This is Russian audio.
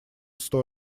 сто